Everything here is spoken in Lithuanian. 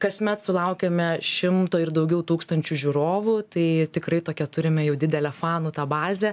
kasmet sulaukiame šimto ir daugiau tūkstančių žiūrovų tai tikrai tokią turime jau didelę fanų tą bazę